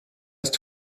ist